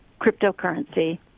cryptocurrency